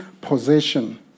possession